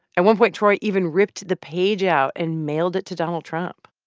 at one point, troy even ripped the page out and mailed it to donald trump.